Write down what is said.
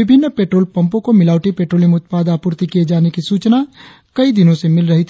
विभिन्न पेट्रोल पंपो को मिलावटी पेट्रोलियम उत्पाद आपूर्ति किए जाने की सूचना कई दिनों से मिल रही थी